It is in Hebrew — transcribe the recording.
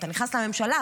אתה נכנס לממשלה,